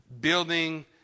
building